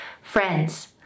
Friends